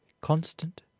Constant